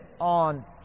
on